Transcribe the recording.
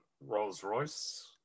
Rolls-Royce